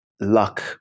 luck